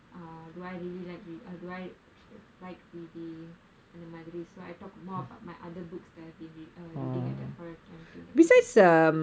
ah do I really like re~ uh do I like reading அந்த மாதிரி:antha maathiri so I talked more about my other books that I have been re~ reading at that point of time to the professors